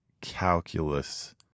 calculus